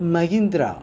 Mahindra